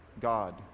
God